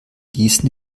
gießen